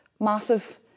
massive